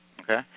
okay